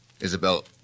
Isabel